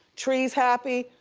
tree's happy,